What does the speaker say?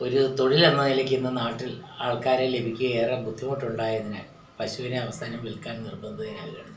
ഒരു തൊഴിലെന്ന നിലയ്ക്ക് ഇന്ന് നാട്ടിൽ ആൾക്കാരെ ലഭിക്കുക ഏറെ ബുദ്ധിമുട്ടുണ്ടായതിനാൽ പശുവിനെ അവസാനം വിൽക്കാൻ നിർബന്ധിതനാകുകയാണ് ചെയ്തത്